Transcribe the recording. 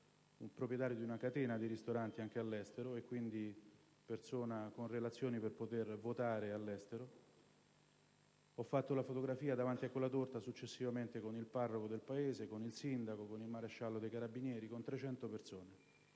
proprietario di una catena di ristoranti anche all'estero, quindi persona con relazioni per poter votare all'estero. Ho fatto la fotografia davanti a quella torta successivamente con il parroco del paese, con il sindaco, con il maresciallo dei carabinieri, con 300 persone.